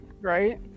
Right